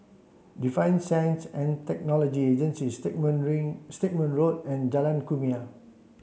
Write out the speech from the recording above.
Defence Science and Technology Agency Stagmont Rain Stagmont Road and Jalan Kumia